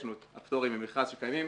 יש לנו פטורים ממכרז שקיימים.